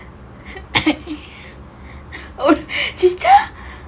oh